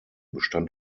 bestand